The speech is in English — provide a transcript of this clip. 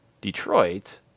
Detroit